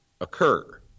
occur